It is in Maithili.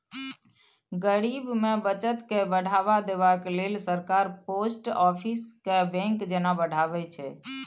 गरीब मे बचत केँ बढ़ावा देबाक लेल सरकार पोस्ट आफिस केँ बैंक जेना बढ़ाबै छै